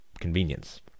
convenience